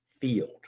field